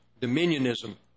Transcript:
dominionism